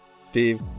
Steve